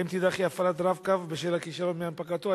3. האם תידחה הפעלת ה"רב-קו" בשל הכישלון בהנפקתו?